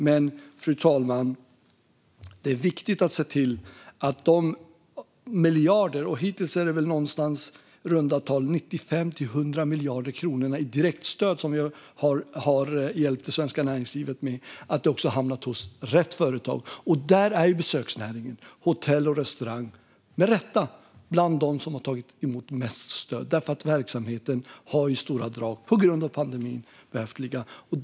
Men det är viktigt att se till att de här miljarderna - hittills är det i runda tal 95-100 miljarder kronor i direktstöd som vi har hjälpt det svenska näringslivet med - hamnar hos rätt företag. Och där är besöksnäring, hotell och restaurang med rätta bland de som har tagit emot mest stöd för att verksamheten på grund av pandemin i stora drag har fått ligga nere.